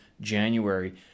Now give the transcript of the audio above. January